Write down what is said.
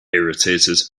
irritated